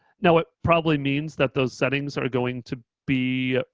now it probably means that those settings are going to be,